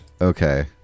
Okay